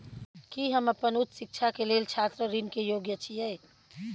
की हम अपन उच्च शिक्षा के लेल छात्र ऋण के योग्य छियै?